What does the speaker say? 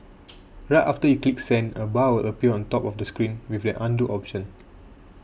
right after you click send a bar will appear on top of the screen with an Undo option